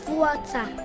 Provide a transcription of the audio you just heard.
water